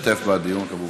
משתתף בדיון, כמובן.